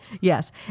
Yes